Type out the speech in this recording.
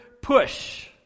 push